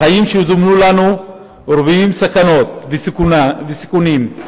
החיים שזומנו לנו רוויים סכנות וסיכונים,